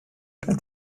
denn